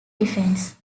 defence